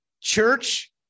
Church